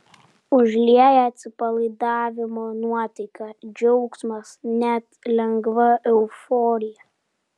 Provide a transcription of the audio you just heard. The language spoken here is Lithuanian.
užlieja atsipalaidavimo nuotaika džiaugsmas net lengva euforija